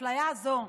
אפליה זו,